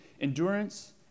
endurance